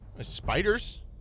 Spiders